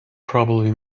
probably